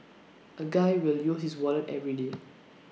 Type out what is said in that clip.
A guy will use his wallet everyday